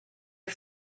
are